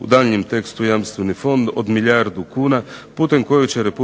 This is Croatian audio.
u daljnjem tekstu Jamstveni fond od milijardu kuna putem kojeg će RH